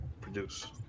produce